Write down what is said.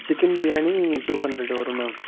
chicken biryani two hundred வரும் ma'am